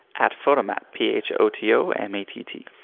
at photomatt, p h o t o m a t t.